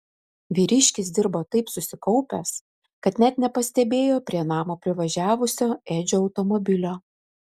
vyriškis dirbo taip susikaupęs kad net nepastebėjo prie namo privažiavusio edžio automobilio